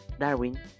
Darwin